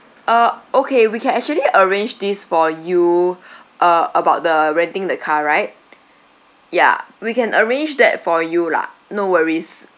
uh okay we can actually arrange this for you uh about the renting the car right ya we can arrange that for you lah no worries